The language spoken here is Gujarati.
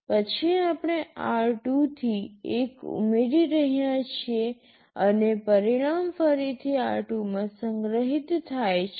પછી આપણે r2 થી 1 ઉમેરી રહ્યા છીએ અને પરિણામ ફરીથી r2 માં સંગ્રહિત થાય છે